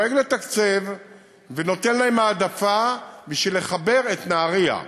דואג לתקצב ונותן להם העדפה בשביל לחבר את נהריה.